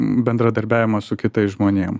bendradarbiavimas su kitais žmonėm